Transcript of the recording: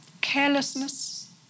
carelessness